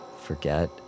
Forget